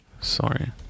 Sorry